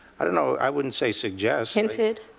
i don't know. i wouldn't say suggest. hinted?